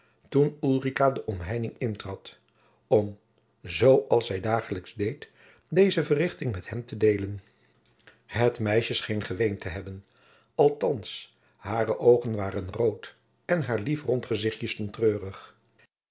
toen ulrica de omheining intrad om zoo als zij dagelijks deed deze verrichting met hem te deelen het meisje scheen geweend te hebben althands hare oogen waren rood en haar lief rond gezichtje stond treurig